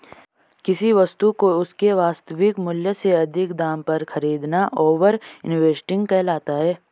किसी वस्तु को उसके वास्तविक मूल्य से अधिक दाम पर खरीदना ओवर इन्वेस्टिंग कहलाता है